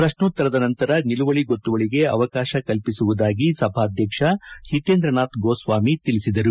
ಪ್ರಶ್ನೋತ್ತರದ ನಂತರ ನಿಲುವಳಿ ಗೊತ್ತುವಳಿಗೆ ಅವಕಾಶ ಕಲ್ಪಿಸುವುದಾಗಿ ಸಭಾಧ್ಯಕ್ಷ ಹಿತೇಂದ್ರನಾಥ್ ಗೋಸ್ವಾಮಿ ತಿಳಿಸಿದರು